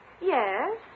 Yes